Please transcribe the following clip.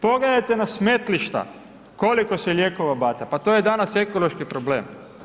Pogledajte na smetlišta koliko se lijekova baca, pa to je danas ekološki problem.